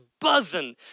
buzzing